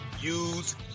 use